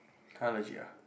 !huh! legit ah